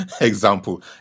example